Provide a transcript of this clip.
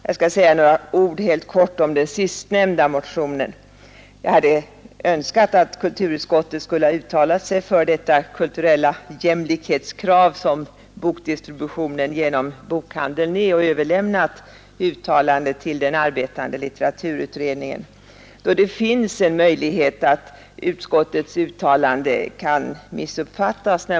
Jag skall säga några ord helt kort om den sistnämnda motionen. Jag hade önskat att kulturutskottet skulle ha uttalat sig för det kulturella jämlikhetskrav som bokdistributionen genom bokhandeln är och överlämnat uttalandet till den arbetande litteraturutredningen. Det finns en möjlighet att utskottets uttalande nu kan missuppfattas.